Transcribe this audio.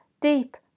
deep